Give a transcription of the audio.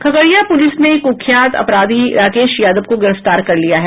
Khagaria police ने कुख्यात अपराधी राकेश यादव को गिरफ्तार कर लिया है